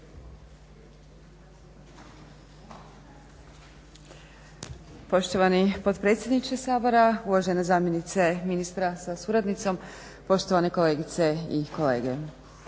Poštovani potpredsjedniče Sabora, uvažene zamjenice ministra sa suradnicom, poštovane kolegice i kolege.